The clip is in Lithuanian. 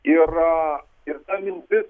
yra ir ta mintis